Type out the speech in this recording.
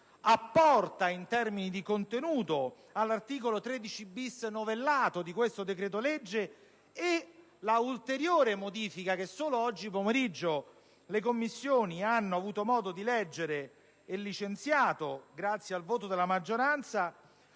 in merito al contenuto dell'articolo 13-*bis,* novellato da questo decreto-legge, e l'ulteriore modifica che solo oggi pomeriggio le Commissioni riunite hanno avuto modo di leggere, licenziata grazie al voto della maggioranza,